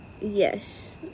Yes